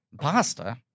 Pasta